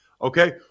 Okay